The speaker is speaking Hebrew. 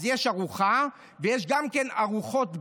שיש ארוחה ויש גם ארוחות ביניים.